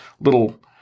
little